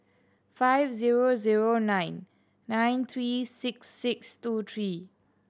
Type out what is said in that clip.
five zero zero nine nine three six six two three